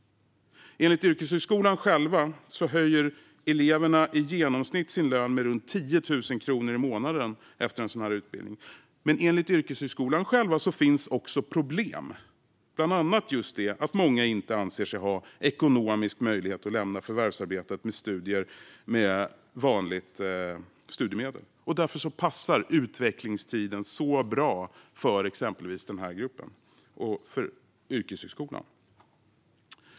Enligt yrkeshögskolan höjer eleverna sin lön med i genomsnitt runt 10 000 kronor i månaden efter en sådan här utbildning. Men enligt yrkeshögskolan finns också problem, bland annat just det att många inte anser sig ha ekonomisk möjlighet att lämna förvärvsarbetet för studier med vanligt studiemedel. Därför passar utvecklingstiden så bra för exempelvis den här gruppen och yrkeshögskolan.